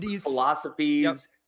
Philosophies